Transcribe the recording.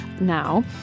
now